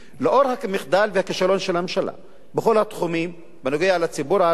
לאור המחדל והכישלון של הממשלה בכל התחומים בנוגע לציבור הערבי,